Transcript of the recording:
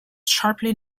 sharply